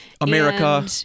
America